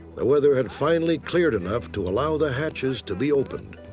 the weather had finally cleared enough to allow the hatches to be opened.